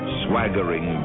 swaggering